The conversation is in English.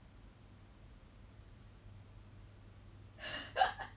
if I don't like faster finish from uni class faster go and find a proper job